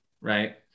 right